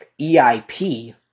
EIP